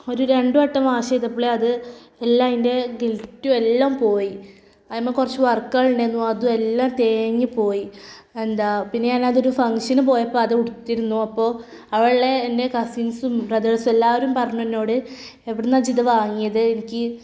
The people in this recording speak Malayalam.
ഒരു രണ്ടു വട്ടം വാഷ് ചെയ്തപ്പളേ അത് എല്ലാം അതിൻ്റെ ഗിൽറ്റ് എല്ലാം പോയി അതിന്മേൽ കുറച്ച് വർക്കുകളിണ്ടായിന്നു അതും എല്ലാം തേഞ്ഞു പോയി എന്താ പിന്നെ ഞാനതൊരു ഫങ്ക്ഷന് പോയപ്പോൾ അത് ഉടുത്തിരുന്നു അപ്പോൾ അവിടെയുള്ള എൻ്റെ കസിൻസും ബ്രദേഴ്സും എല്ലാവരും പറഞ്ഞു എന്നോട് എവിടുന്നാണ് നീയിത് വാങ്ങിയത് എനിക്ക്